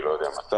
אני לא יודע מתי,